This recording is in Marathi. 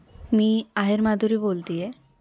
मी आहेर माधुरी बोलते आहे